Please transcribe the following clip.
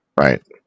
Right